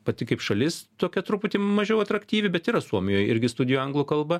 pati kaip šalis tokia truputį mažiau atraktyvi bet yra suomijoj irgi studijų anglų kalba